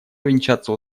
увенчаться